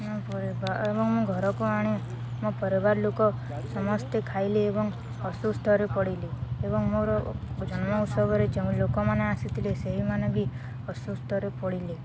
ମୋ ଏବଂ ମୋ ଘରକୁ ଆଣି ମୋ ପରିବାର ଲୋକ ସମସ୍ତେ ଖାଇଲେ ଏବଂ ଅସୁସ୍ଥରେ ପଡ଼ିଲେ ଏବଂ ମୋର ଜନ୍ମଉତ୍ସବରେ ଯେଉଁ ଲୋକମାନେ ଆସିଥିଲେ ସେହିମାନେ ବି ଅସୁସ୍ଥରେ ପଡ଼ିଲେ